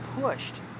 pushed